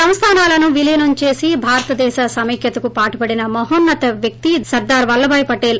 సంస్గానాలను విలీనం చేసి భారతదేశ సమైక్యతకు పాటుపడిన మహోన్న త వ్యక్తి సర్గార్ వల్లభాయ్ పటేల